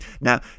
Now